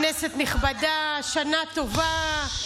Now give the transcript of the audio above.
כנסת נכבדה, שנה טובה.